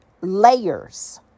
Layers